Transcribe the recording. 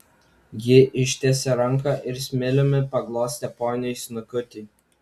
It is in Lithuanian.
ji ištiesė ranką ir smiliumi paglostė poniui snukutį